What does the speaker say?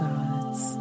God's